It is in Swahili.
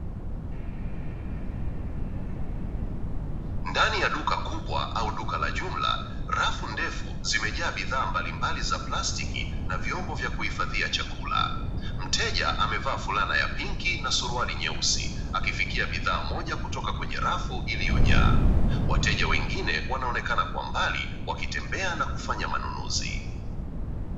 Ndani ya duka kubwa au duka la jumla, rafu ndefu zimejaa bidhaa mbalimbali za plastiki na vyombo vya kuhifadhia chakula. Mteja amevaa fulana ya pinki na suruali nyeusi, akifikia bidhaa moja kutoka kwenye rafu iliyojaa. Wateja wengine wanaonekana kwa mbali wakitembea na kufanya manunuzi.